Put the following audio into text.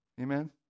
Amen